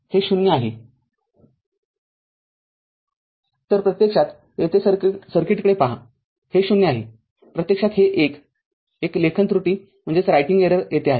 तर प्रत्यक्षात येथे सर्किटकडे पहा हे ० आहे प्रत्यक्षात हे १ एक लेखन त्रुटी येथे आहे